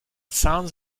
sounds